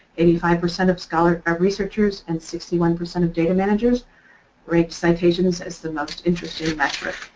eighty-five percent of scholars and researchers and sixty one percent of data managers rate citations as the most interesting metric.